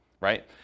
right